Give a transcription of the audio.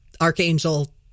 Archangel